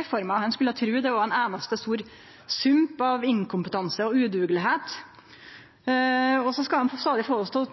reforma? Ein skulle tru det var ein einaste stor sump av inkompetanse og dugløyse. Og så skal dei stadig få